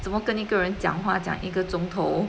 怎么跟一个人讲话讲一个钟头